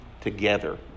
together